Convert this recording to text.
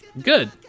Good